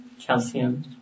calcium